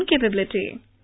capability